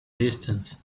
distance